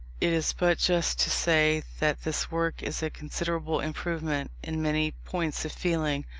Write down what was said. it is but just to say that this work is a considerable improvement, in many points of feeling,